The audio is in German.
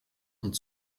und